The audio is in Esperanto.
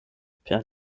per